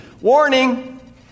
Warning